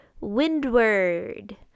Windward